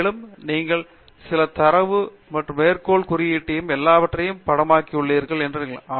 மேலும் நீங்கள் சில தரம் மற்றும் மேற்கோள் குறியீட்டையும் எல்லாவற்றையும் படமாக்கியுள்ளீர்கள் என்று கூறலாம்